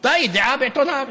הייתה ידיעה בעיתון הארץ.